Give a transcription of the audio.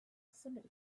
somebody